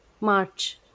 March